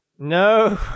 No